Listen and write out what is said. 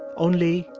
only,